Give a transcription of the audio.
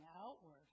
outward